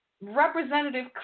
Representative